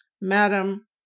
Madam